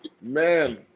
man